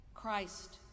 Christ